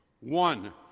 one